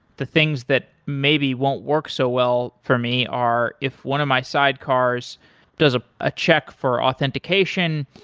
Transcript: the things that maybe won't work so well for me are if one of my sidecars does a ah check for authentication,